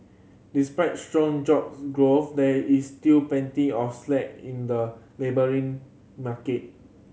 despite strong jobs growth there is still plenty of slack in the labouring market